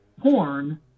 porn